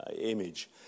image